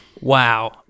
Wow